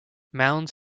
mounds